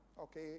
okay